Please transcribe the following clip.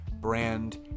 brand